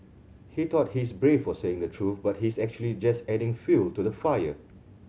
he thought he is brave for saying the truth but he is actually just adding fuel to the fire